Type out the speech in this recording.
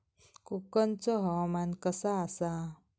कोकनचो हवामान कसा आसा?